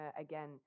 Again